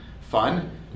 fun